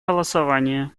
голосование